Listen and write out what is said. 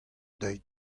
deuit